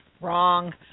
wrong